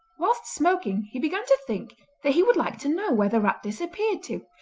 whilst smoking he began to think that he would like to know where the rat disappeared to,